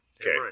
Okay